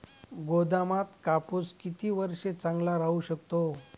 गोदामात कापूस किती वर्ष चांगला राहू शकतो?